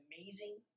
amazing